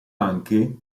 anche